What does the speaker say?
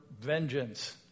vengeance